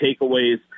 takeaways